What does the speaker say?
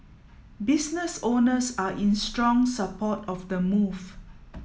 business owners are in strong support of the move